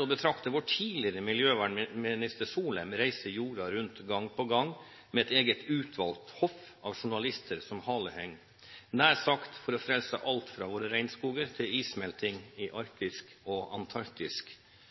å betrakte vår tidligere miljøvernminister Solheim reise jorda rundt gang på gang med et eget utvalgt hoff av journalister som haleheng, nær sagt for å frelse alt fra våre regnskoger til issmelting i Arktis og